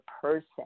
person